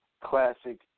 Classic